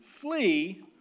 flee